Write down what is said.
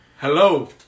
Hello